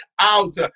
out